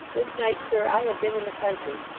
this night, sir, i have been in the country,